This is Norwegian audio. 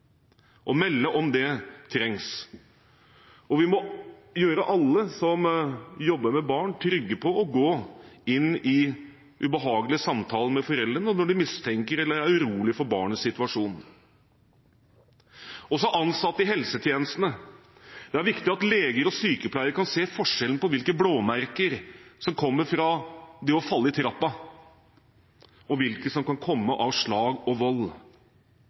melde om det trengs. Vi må gjøre alle som jobber med barn, trygge på å gå inn i ubehagelige samtaler med foreldrene når de mistenker noe eller er urolige for barnets situasjon. Det gjelder også ansatte i helsetjenestene. Det er viktig at leger og sykepleiere kan se forskjellen på hvilke blåmerker som kommer fra det å falle i trappa, og hvilke som kan komme av slag og vold.